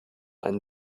ein